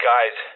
Guys